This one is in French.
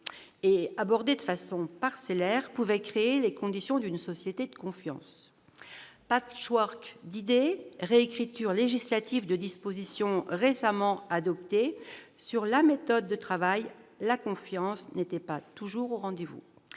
et abordés de façon parcellaire pouvait créer les conditions d'une société de confiance. Patchwork d'idées, réécriture législative de dispositions récemment adoptées : sur la méthode de travail, la confiance n'était pas toujours au rendez-vous.